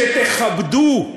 שתכבדו,